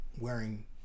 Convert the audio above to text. wearing